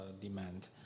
demand